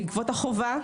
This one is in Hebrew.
בעקבות החובה,